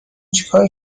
چیکار